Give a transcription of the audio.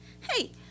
Hey